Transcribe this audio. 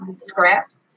scraps